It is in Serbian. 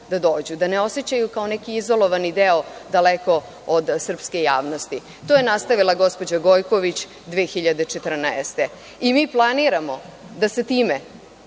da dođu, da se ne osećaju kao neki izolovani deo daleko od srpske javnosti, to je nastavila gospođa Gojković 2014. godine i mi planiramo da sa time